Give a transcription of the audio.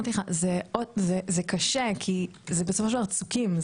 לך שזה קשה כי זה בסופו של דבר צוקים.